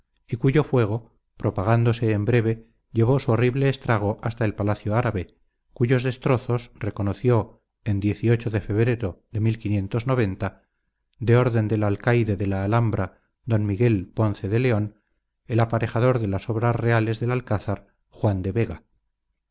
y cuyo fuego propagándose en breve llevó su horrible estrago hasta el palacio árabe cuyos destrozos reconoció en de febrero de de orden del alcaide de la alhambra don miguel ponce de león el aparejador de las obras reales del alcázar juan de vega